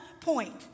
Point